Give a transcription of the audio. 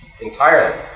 entirely